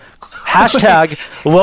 Hashtag